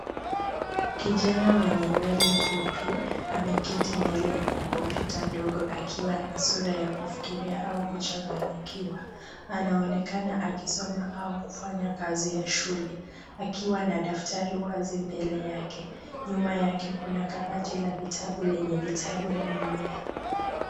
Kijana mwenye nywele fupi ameketi mbele ya kompyuta ndogo akiwa na sura ya kufikiria au kuchanganyikiwa. Anaonekana akisoma au kufanya kazi ya shule, akiwa na daftari wazi mbele yake. Nyuma yake kuna kabati la vitabu lenye vitabu na mimea.